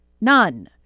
None